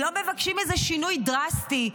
לא מבקשים איזה שינוי דרסטי.